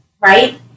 right